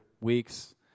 weeks